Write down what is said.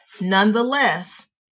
nonetheless